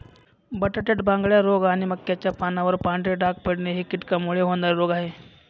बटाट्यात बांगड्या रोग आणि मक्याच्या पानावर पांढरे डाग पडणे हे कीटकांमुळे होणारे रोग आहे